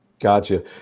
Gotcha